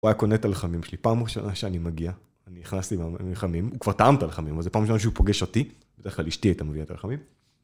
הוא היה קונה את הלחמים שלי, פעם ראשונה כשאני מגיע, אני נכנסת עם הלחמים, הוא כבר טעם את הלחמים, אבל זו פעם ראשונה שהוא פוגש אותי. בדרך כלל אשתי הייתה מביאה את הלחמים,